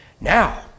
Now